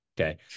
Okay